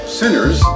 sinners